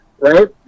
right